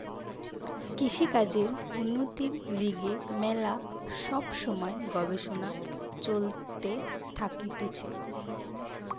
কৃষিকাজের উন্নতির লিগে ম্যালা সব সময় গবেষণা চলতে থাকতিছে